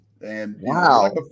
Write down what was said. Wow